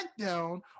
SmackDown